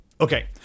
Okay